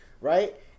right